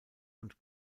und